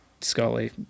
Scully